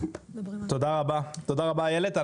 תודה רבה איילת.